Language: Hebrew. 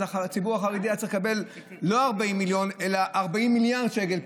אז הציבור החרדי היה צריך לקבל לא 40 מיליון אלא 40 מיליארד שקל,